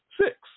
six